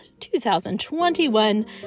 2021